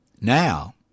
Now